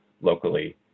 locally